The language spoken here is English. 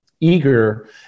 eager